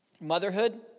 motherhood